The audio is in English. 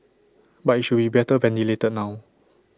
but IT should be better ventilated now